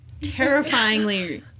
terrifyingly